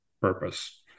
purpose